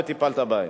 וטיפלת בהן.